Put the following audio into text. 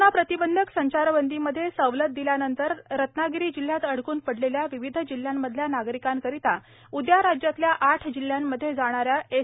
कोरोनाप्रतिबंधक संचारबंदीमध्ये सवलत दिल्यानंतर रत्नागिरी जिल्ह्यात अडकन पडलेल्या विविध जिल्ह्यांमधल्या नागरिकांकरिता उदया राज्यातल्या आठ जिल्ह्यांमध्ये जाणाऱ्या एस